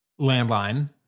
Landline